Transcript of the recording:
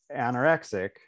anorexic